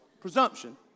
presumption